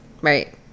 Right